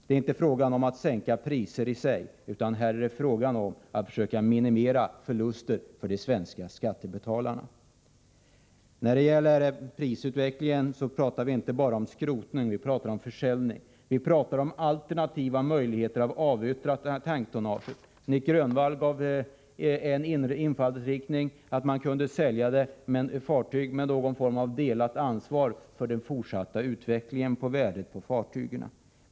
Det är inte i sig fråga om att sänka priser utan här är fråga om att försöka minimera förluster för de svenska skattebetalarna. När det gäller prisutveckling talar vi inte bara om skrotning utan också om försäljning. Vi talar om alternativa möjligheter att avyttra tanktonnaget. Nic Grönvall gav ett förslag att man kunde sälja fartyg med någon form av delat ansvar för den fortsatta utvecklingen av värdet på fartygen.